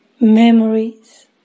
memories